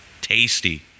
tasty